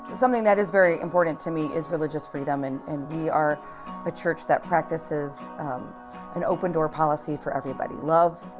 something that is very important to me is religious freedom and and we are a church that practices an open-door policy for everybody. love.